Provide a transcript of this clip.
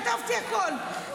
וכתבתי הכול,